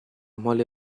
mole